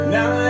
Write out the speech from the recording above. Now